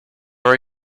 are